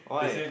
why